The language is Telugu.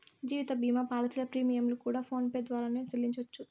జీవిత భీమా పాలసీల ప్రీమియంలు కూడా ఫోన్ పే ద్వారానే సెల్లించవచ్చు